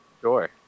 Sure